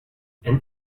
and